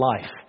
life